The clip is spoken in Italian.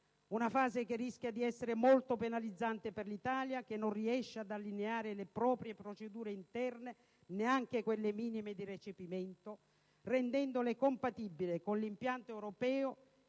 una fase che rischia di essere molto penalizzante per l'Italia che non riesce ad allineare le proprie procedure interne, neanche quelle minime di recepimento, rendendole compatibili con l'impianto europeo